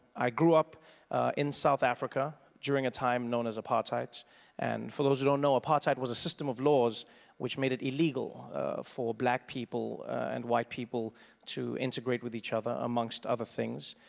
i grew up in south africa during a time known as apartheid and for those who don't know, apartheid was a system of laws which made it illegal for black people and white people to integrate with each other amongst other things.